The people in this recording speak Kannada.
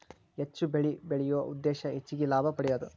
ಹೆಚ್ಚು ಬೆಳಿ ಬೆಳಿಯು ಉದ್ದೇಶಾ ಹೆಚಗಿ ಲಾಭಾ ಪಡಿಯುದು